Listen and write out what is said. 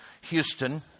Houston